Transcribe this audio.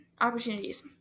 Opportunities